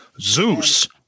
Zeus